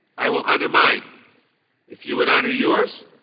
i will honor mine if you would order yours,